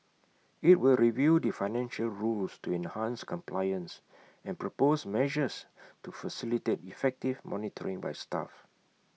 IT will review the financial rules to enhance compliance and propose measures to facilitate effective monitoring by staff